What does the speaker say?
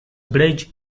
bridge